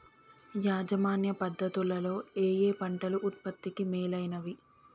యాజమాన్య పద్ధతు లలో ఏయే పంటలు ఉత్పత్తికి మేలైనవి?